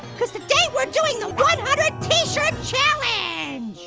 cause today we're doing the one hundred t-shirt challenge!